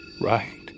right